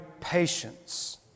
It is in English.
patience